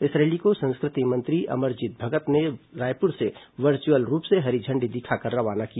इस रैली को संस्कृति मंत्री अमरजीत भगत ने रायपुर से वर्चुअल रूप से हरी झण्डी दिखाकर रवाना किया